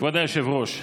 כבוד היושב-ראש,